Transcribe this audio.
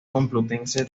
complutense